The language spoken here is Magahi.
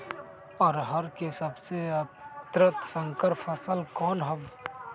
अरहर के सबसे उन्नत संकर फसल कौन हव?